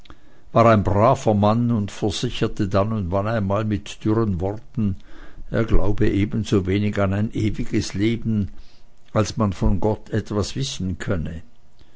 war ein braver mann und versicherte dann und wann einmal mit dürren worten er glaube ebensowenig an ein ewiges leben als man von gott etwas wissen könne